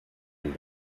and